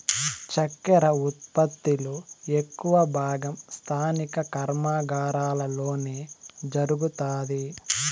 చక్కర ఉత్పత్తి లో ఎక్కువ భాగం స్థానిక కర్మాగారాలలోనే జరుగుతాది